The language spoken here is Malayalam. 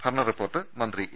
ഭരണ റിപ്പോർട്ട് മന്ത്രി എ